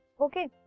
Okay